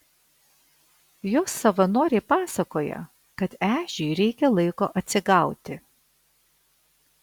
jos savanoriai pasakoja kad ežiui reikia laiko atsigauti